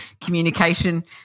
communication